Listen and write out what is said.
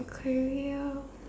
career